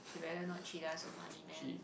she better not cheat us our money man